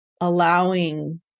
allowing